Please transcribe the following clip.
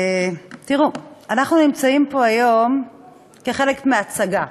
אנחנו נמצאים פה היום כחלק מהצגה,